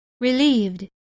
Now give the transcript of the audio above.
relieved